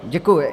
Děkuji.